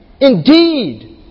indeed